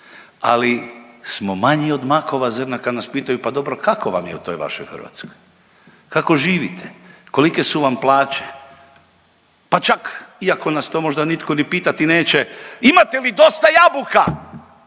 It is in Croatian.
ali smo manji od makova zrna kad nas pitaju, pa dobro, kako vam je u toj vašoj Hrvatskoj, kako živite? Kolike su vam plaće? Pa čak, iako nas to možda nitko ni pitati neće, imate li dosta jabuka?